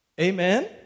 Amen